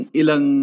ilang